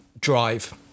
drive